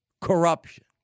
corruption